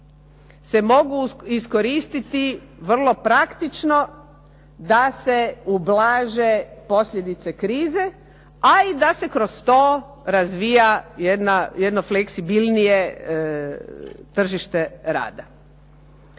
se mogu iskoristiti vrlo praktično da se ublaže posljedice krize a i da se kroz to razvija jedno fleksibilnije tržište rada.